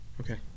Okay